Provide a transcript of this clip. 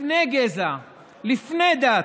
לפני גזע, לפני דת,